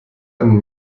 einen